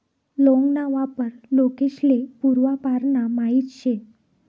लौंग ना वापर लोकेस्ले पूर्वापारना माहित शे